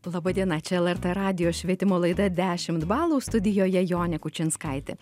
laba diena čia lrt radijo švietimo laida dešimt balų studijoje jonė kučinskaitė